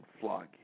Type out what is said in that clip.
flog